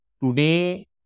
today